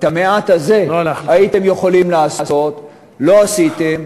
את המעט הזה הייתם יכולים לעשות ולא עשיתם.